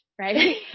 right